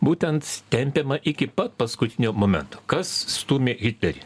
būtent tempiama iki pat paskutinio momento kas stūmė hitlerį